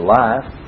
life